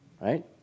right